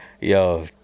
yo